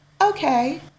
okay